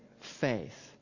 faith